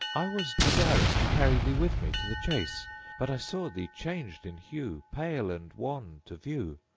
i was desirous to carry thee with me to the chase but i saw thee changed in hue, pale and wan to view,